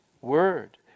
word